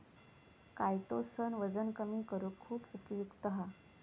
chitosan वजन कमी करुक खुप उपयुक्त हा